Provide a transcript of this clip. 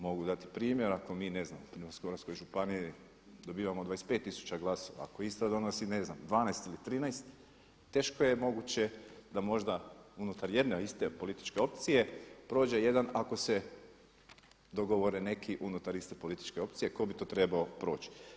Mogu dati primjer, ako mi ne znam, u Primorsko-goranskoj županiji dobivamo 25 tisuća glasova, ako Istra donosi ne znam 12 ili 13 teško je moguće da možda unutar jedne iste političke opcije prođe jedan ako se dogovore neki unutar iste političke opcije tko bi to trebao proći.